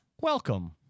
welcome